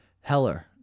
Heller